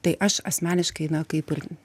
tai aš asmeniškai na kaip ir